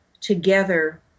together